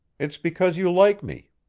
it's because you like me.